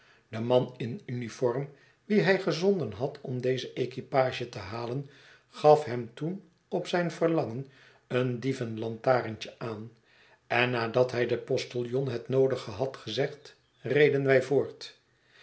de man in uniform wien hij gezonden had om deze equipage te halen gaf hem toen op zijn verlangen een dievenlantaarntje aan en nadat hij den postiljon het noodige had gezegd reden wij voort